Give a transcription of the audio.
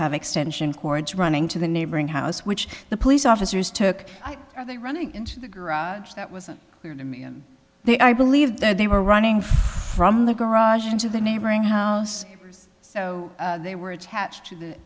have extension cords running to the neighboring house which the police officers took are they running into the garage that wasn't clear to me and they i believe that they were running from the garage into the neighboring house so they were attached